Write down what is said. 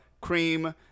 cream